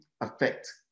affect